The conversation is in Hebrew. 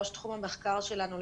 ראש תחום המחקר שלנו,